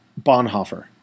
Bonhoeffer